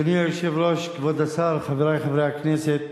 אדוני היושב-ראש, כבוד השר, חברי חברי הכנסת,